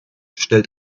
stellt